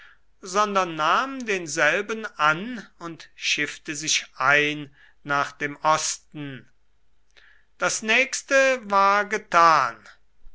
sondern nahm denselben an und schiffte sich ein nach dem osten das nächste war getan